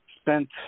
spent